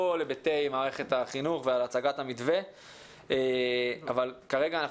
היבטי מערכת החינוך והצגת המתווה אבל כרגע,